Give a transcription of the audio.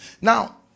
Now